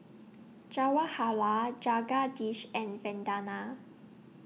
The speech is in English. Jawaharlal Jagadish and Vandana